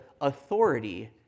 authority